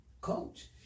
Coach